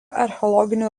archeologinių